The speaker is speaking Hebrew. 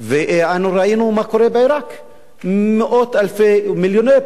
ראינו מה קורה בעירק, מיליוני פליטים,